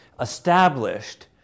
established